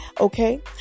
okay